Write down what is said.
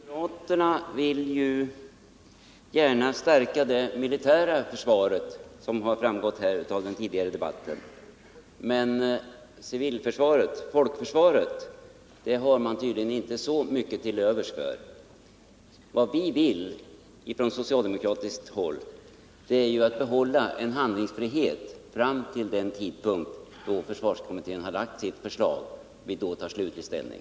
Herr talman! Moderaterna vill gärna stärka det militära försvaret, som framgått av den tidigare debatten, men civilförsvaret, folkförsvaret, har man tydligen inte så mycket till övers för. Vi vill från socialdemokratiskt håll behålla handlingsfriheten fram till den tidpunkt då försvarskommittén har lagt fram sitt förslag och då ta slutlig ställning.